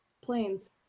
planes